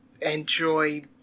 enjoy